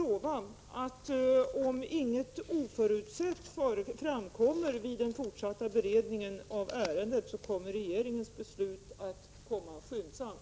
Ominget oförutsett framkommer vid den fortsatta beredningen av ärendet kan jag lova att regeringens beslut kommer skyndsamt.